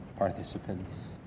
participants